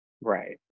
Right